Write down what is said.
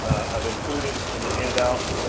i've included in the handouts